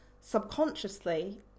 subconsciously